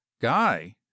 guy